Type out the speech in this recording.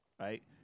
right